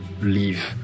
leave